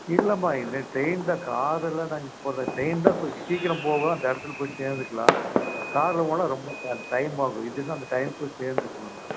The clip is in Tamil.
இல்லைம்மா இந்த ட்ரெயின் தான் காரல்லாம் நான் போல் ட்ரெயின் தான் கொஞ்சம் சீக்கிரம் போகும் அந்த இடத்துல போய் சேர்ந்துக்கலாம் காரில் போனால் ரொம்ப ட டைம் ஆகும் இதுன்னா அந்த டைம் போய் சேர்ந்துக்குவேன் நான்